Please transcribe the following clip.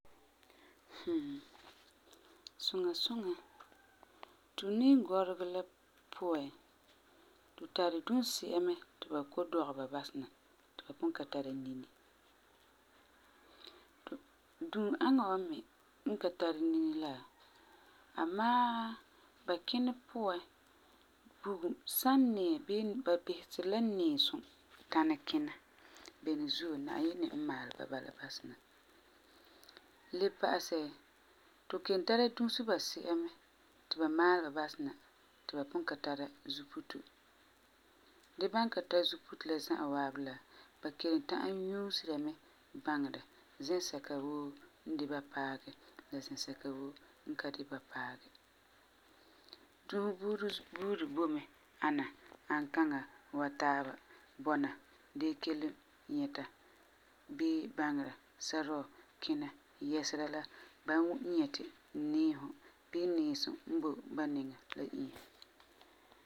Suŋa suŋa. Tu niinguregɔ la puan, tu tari duunsi'a mɛ ti ba kɔ'ɔm dɔgɛ ba basɛ na ti ba pugum ka tara nini. Duun'aŋa wa me n ka tari nini la. Amaa ba kinɛ puan, bugum san niɛ bii ba biseri la niisum tãna kina. Beni zuo, Na'ayinɛ n maalɛ ba bala basena. Le pa'asɛ, tu kelum tara dusi basi'a mɛ ti ba maalɛ ba basɛ na ti ba pugum ka tara zuputo. Gee, ba n ka tari zuputo la za'a la, ba kelum tana nyuusera mɛ baŋera zɛsɛka woo n de ba paagɛ la zɛsɛka woo n ka de ba paagɛ. Dusi buuri buuri boi mɛ ana ankaŋa taaba dee kelum nyɛta bii baŋera sarɔɔ kina yɛsera la ba n nyɛti niihum bii niisum n boi ba niŋan la inya.